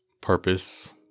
purpose